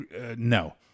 No